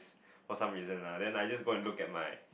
for some reason uh then I just go and look at my